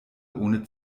ohne